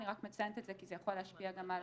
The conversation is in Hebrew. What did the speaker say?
אני רק מציינת את זה כי זה יכול להשפיע גם על